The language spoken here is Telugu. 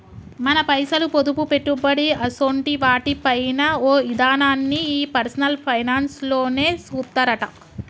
మన పైసలు, పొదుపు, పెట్టుబడి అసోంటి వాటి పైన ఓ ఇదనాన్ని ఈ పర్సనల్ ఫైనాన్స్ లోనే సూత్తరట